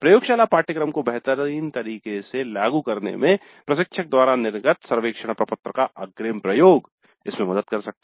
प्रयोगशाला पाठ्यक्रम को बेहतर तरीके से लागू करने में प्रशिक्षक द्वारा निर्गत सर्वेक्षण प्रपत्र का अग्रिम प्रयोग मदद कर सकता है